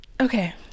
Okay